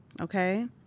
okay